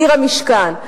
עיר המשכן,